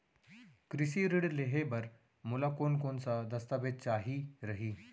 कृषि ऋण लेहे बर मोला कोन कोन स दस्तावेज चाही रही?